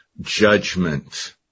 judgment